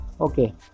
Okay